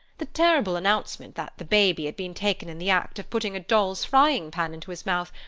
the terrible announcement that the baby had been taken in the act of putting a doll's frying-pan into his mouth,